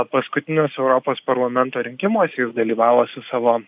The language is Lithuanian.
paskutiniuose europos parlamento rinkimuose jis dalyvavo su savo